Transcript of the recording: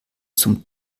zum